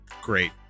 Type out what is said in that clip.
Great